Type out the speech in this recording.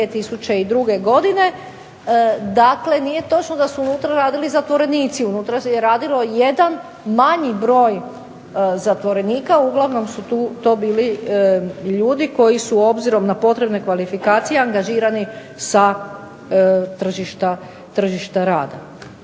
2002. godine dakle nije točno da su unutra radili zatvorenici. Unutra je radio jedan manji broj zatvorenika, uglavnom su to bili ljudi koji su obzirom na potrebne kvalifikacije angažirani sa tržišta rada.